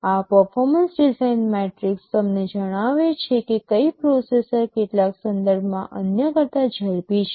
આ performance design metrics તમને જણાવે છે કે કઇ પ્રોસેસર કેટલાક સંદર્ભમાં અન્ય કરતા ઝડપી છે